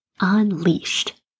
unleashed